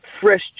fresh